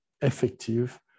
effective